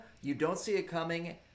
you-don't-see-it-coming